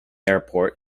airport